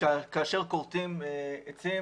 כאשר כורתים עצים,